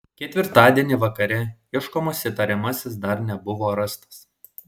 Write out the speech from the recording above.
ketvirtadienį vakare ieškomas įtariamasis dar nebuvo rastas